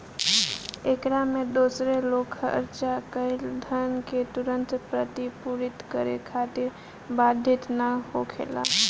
एकरा में दूसर लोग खर्चा कईल धन के तुरंत प्रतिपूर्ति करे खातिर बाधित ना होखेला